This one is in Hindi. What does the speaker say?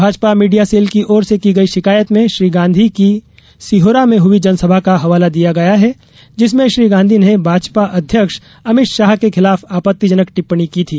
भाजपा मीडिया सेल की ओर से की गई शिकायत में श्री गांधी की की सिहोरा में हई जनसभा का हवाला दिया गया है जिसमें श्री गांधी ने भाजपा अध्यक्ष अमित शाह के खिलाफ आपत्तिजनक टिप्पणी की थी